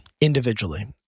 individually